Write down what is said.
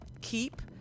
keep